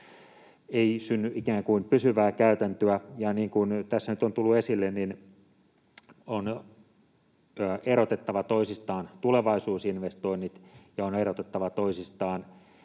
ei synny ikään kuin pysyvää käytäntöä. Ja niin kuin tässä nyt on tullut esille, on erotettava toisistaan tulevaisuusinvestoinnit ja normaaliin